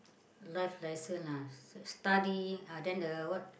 life lesson lah study uh then the what